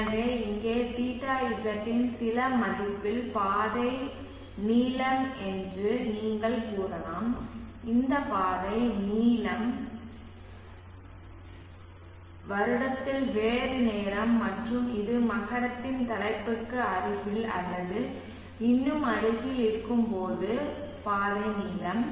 எனவே இங்கே θz இன் சில மதிப்பில் பாதை நீளம் என்று நீங்கள் கூறலாம் இந்த பாதை நீளம் வருடத்தில் வேறு நேரம் மற்றும் இது மகரத்தின் தலைப்புக்கு அருகில் அல்லது இன்னும் அருகில் இருக்கும்போது பாதை நீளம்